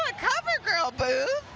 ah cover girl booth. oh,